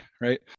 right